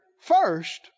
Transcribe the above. first